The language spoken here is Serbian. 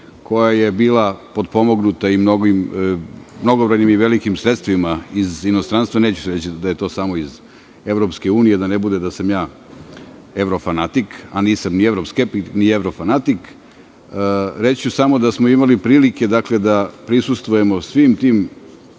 koja je bila podpomognuta i mnogobrojnim i velikim sredstvima iz inostranstva, neću reći da je to samo iz EU, da ne bude da sam ja evro fanatik, a nisam ni evro skeptik, ni evro fanatik, reći ću samo da smo imali prilike da prisustvujemo svim tim,